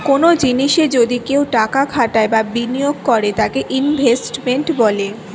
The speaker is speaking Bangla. কনো জিনিসে যদি কেউ টাকা খাটায় বা বিনিয়োগ করে তাকে ইনভেস্টমেন্ট বলে